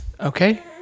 Okay